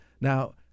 Now